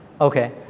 Okay